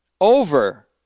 over